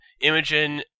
Imogen